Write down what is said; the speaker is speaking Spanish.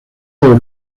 del